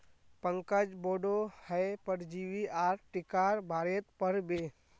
पंकज बोडो हय परजीवी आर टीकार बारेत पढ़ बे